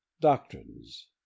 Doctrines